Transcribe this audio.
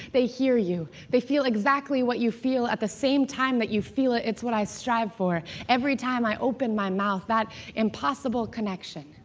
they hear you. they feel exactly what you feel at the same time that you feel it. it's what i strive for. every time i open my mouth, that impossible connection.